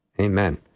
Amen